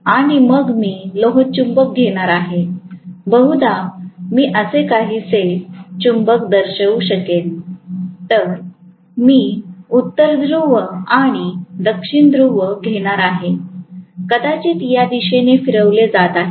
आणि मग मी लोहचुंबक घेणार आहे बहुधा मी असे काहीसे चुंबक दर्शवू शकेन तर मी उत्तर ध्रुव आणि दक्षिण ध्रुव घेणार आहे कदाचित या दिशेने फिरवले जात आहे